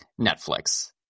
Netflix